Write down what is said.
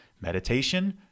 meditation